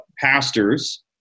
pastors